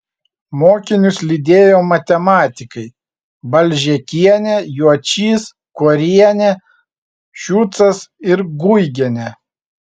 mokinius lydėjo matematikai balžėkienė juočys kuorienė šiucas ir guigienė